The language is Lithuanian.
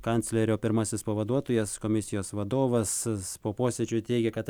kanclerio pirmasis pavaduotojas komisijos vadovas po posėdžio teigė kad